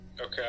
Okay